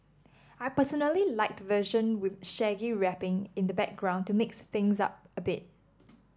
I personally like the version with Shaggy rapping in the background to mix things up a bit